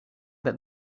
that